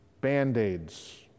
band-aids